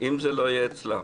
אם זה לא יהיה אצלה.